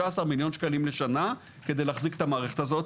13,000,000 שקלים לשנה כדי להחזיק את המערכת הזאת.